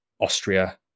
Austria